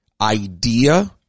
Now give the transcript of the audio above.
idea